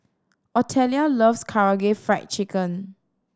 Otelia loves Karaage Fried Chicken